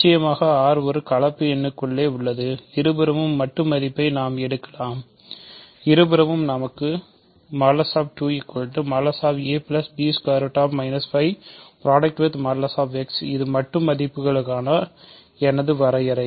நிச்சயமாக R கலப்பு எண்களுக்குள்ளே உள்ளது இருபுறமும் மட்டு மதிப்பை நாம் எடுக்கலாம் இருபுறமும் நமக்கு இது மட்டு மதிப்புக்கான எனது வரையறை